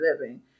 living